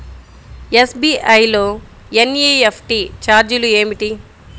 SBI లో NEFT ఛార్జీలు ఏమిటి?